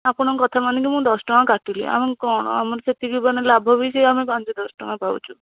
ଆପଣଙ୍କ କଥା ମାନିକି ମୁଁ ଦଶ ଟଙ୍କା କାଟିଲି ଆଉ କ'ଣ ଆମର ସେତିକି ମାନେ ଲାଭ ବି ଆମେ ସେଇ ପାଞ୍ଚ ଦଶ ଟଙ୍କା ପାଉଛୁ